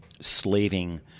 slaving